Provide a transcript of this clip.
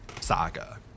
saga